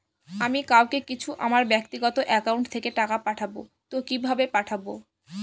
আমি কাউকে কিছু আমার ব্যাক্তিগত একাউন্ট থেকে টাকা পাঠাবো তো কিভাবে পাঠাবো?